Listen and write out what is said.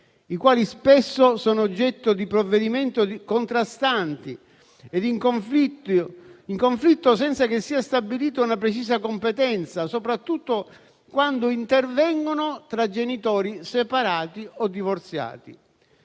i quali spesso sono oggetto di provvedimenti contrastanti e in conflitto senza che sia stabilita una precisa competenza, soprattutto quando intervengono tra genitori separati o divorziati.